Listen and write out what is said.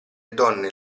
donne